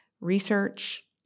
research